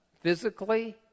physically